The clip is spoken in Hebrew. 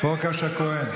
את המשפחה שלי,